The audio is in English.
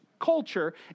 culture